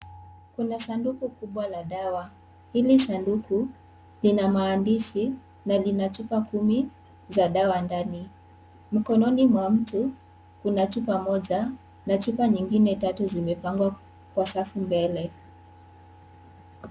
Kuna sanduku kubwa la dawa. hili sanduku lina maandishi na kina chupa kumi ya dawa ndani. Mkononi mwa mtu Kuna chupa moja na chupa nyigine tatu zimepangwa kwa safu mbele.